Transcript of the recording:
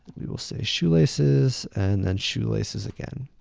we will say shoelaces and and shoelaces again.